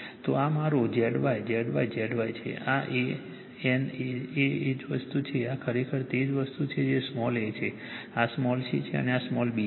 તો આ મારો Z Y Z Y Z Y છે આ A N A એ જ વસ્તુ છે આ ખરેખર તે જ વસ્તુ છે તે સ્મોલ a છે આ સ્મોલ c છે અને આ સ્મોલ b છે